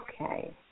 Okay